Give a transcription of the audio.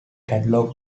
catalog